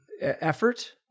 Effort